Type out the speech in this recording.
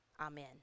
Amen